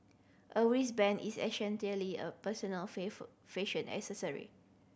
a wristband is essentially a personal fashion accessory